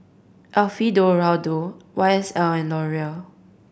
Alfio Raldo Y S L and Laurier